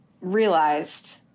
realized